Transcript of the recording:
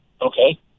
okay